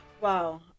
Wow